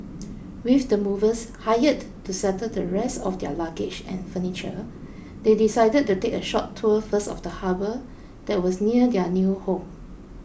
with the movers hired to settle the rest of their luggage and furniture they decided to take a short tour first of the harbour that was near their new home